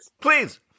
Please